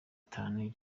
itanu